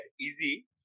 easy